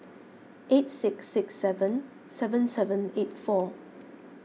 eight six six seven seven seven eight four